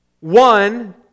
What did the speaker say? One